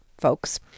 folks